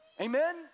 Amen